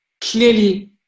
clearly